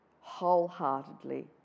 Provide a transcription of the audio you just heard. wholeheartedly